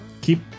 keep